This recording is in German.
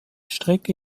strecke